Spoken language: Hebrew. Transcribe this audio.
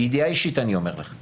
אני אומר את זה